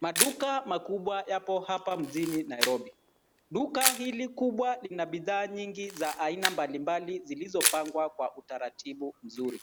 Maduka makubwa yapo hapa mjini Nairobi. Duka hili kubwa lina bidhaa nyingi za aina mbali mbali, zilizopangwa kwa utaratibu mzuri.